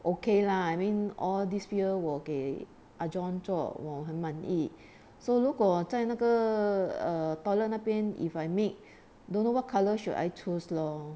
okay lah I mean all these fear 我给 ah john 做我很满意 so 如果在那个 err toilet 那边 if I make don't know what colour should I choose lor